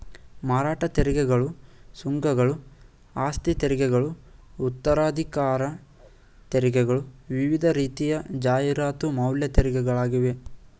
ಮಾರಾಟ ತೆರಿಗೆಗಳು, ಸುಂಕಗಳು, ಆಸ್ತಿತೆರಿಗೆಗಳು ಉತ್ತರಾಧಿಕಾರ ತೆರಿಗೆಗಳು ವಿವಿಧ ರೀತಿಯ ಜಾಹೀರಾತು ಮೌಲ್ಯ ತೆರಿಗೆಗಳಾಗಿವೆ